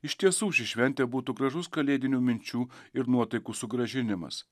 iš tiesų ši šventė būtų gražus kalėdinių minčių ir nuotaikų sugrąžinimas